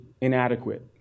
inadequate